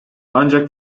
ancak